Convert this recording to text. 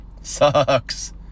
Sucks